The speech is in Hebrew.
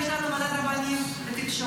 יש לנו ועדת רבנים ותקשורת,